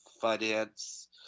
finance